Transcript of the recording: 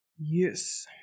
Yes